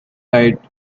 heights